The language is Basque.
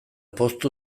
poztu